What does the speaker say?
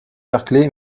berkeley